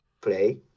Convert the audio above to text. play